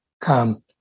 come